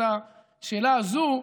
את השאלה הזו,